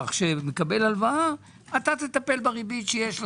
שמקבל הלוואה: אתה תטפל בריבית שיש לך,